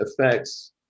affects